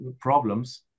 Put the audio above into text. problems